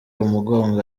umugongo